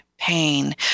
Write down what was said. Pain